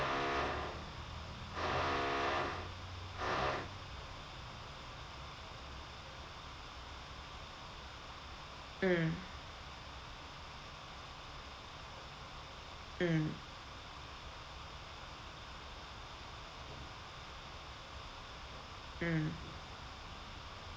mm mm mm